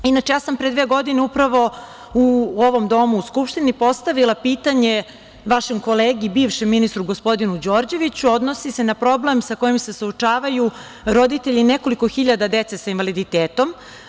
Inače, ja sam pre dve godine upravo u ovom domu u Skupštini postavila pitanje vašem kolegi, bivšem ministru gospodinu Đorđeviću, a odnosi se na problem sa kojim se suočavaju roditelji nekoliko hiljada dece sa invaliditetom.